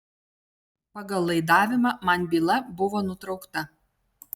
pagal laidavimą man byla buvo nutraukta